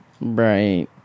Right